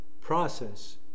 Process